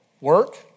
work